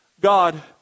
God